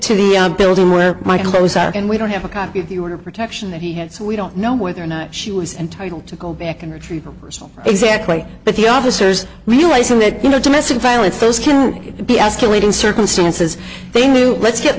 to the building where my clothes are and we don't have a copy of you or protection that he had so we don't know whether or not she was entitled to go back and retrieve herself exactly but the officers realizing that you know domestic violence those can be escalating circumstances they knew let's get